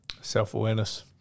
self-awareness